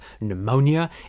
pneumonia